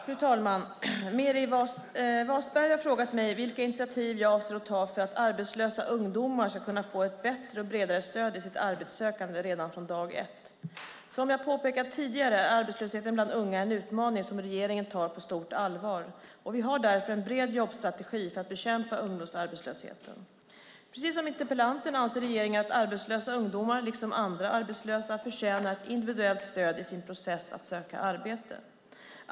Fru talman! Meeri Wasberg har frågat mig vilka initiativ jag avser att ta för att arbetslösa ungdomar ska kunna få ett bättre och bredare stöd i sitt arbetssökande redan från dag ett. Som jag påpekat tidigare är arbetslösheten bland unga en utmaning som regeringen tar på stort allvar. Vi har därför en bred jobbstrategi för att bekämpa ungdomsarbetslösheten. Precis som interpellanten anser regeringen att arbetslösa ungdomar, liksom andra arbetslösa, förtjänar ett individuellt stöd i sin process att söka arbete.